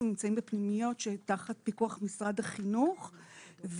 נמצאים בפנימיות שתחת פיקוח משרד החינוך,